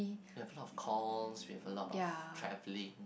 we have a lot of calls we have a lot of travelling